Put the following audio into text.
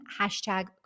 hashtag